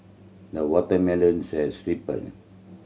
the watermelons has ripened